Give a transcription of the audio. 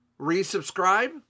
Resubscribe